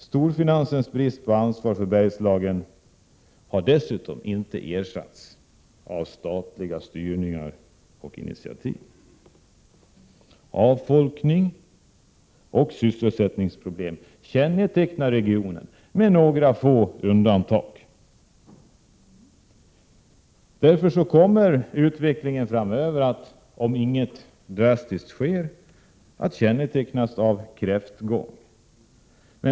Storfinansens brist på ansvar för Bergslagen har inte heller ersatts av statliga styrningar och initiativ. Avfolkning och sysselsättningsproblem kännetecknar regionen, med några få undantag. Därför kommer utvecklingen framöver, om inget drastiskt sker, att kännetecknas av kräftgång.